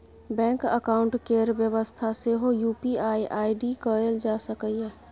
bank account केर बेबस्था सेहो यु.पी.आइ आइ.डी कएल जा सकैए